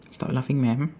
stop laughing ma'am